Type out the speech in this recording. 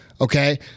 Okay